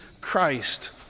Christ